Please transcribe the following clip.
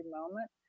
moment